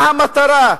מה המטרה?